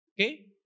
Okay